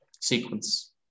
sequence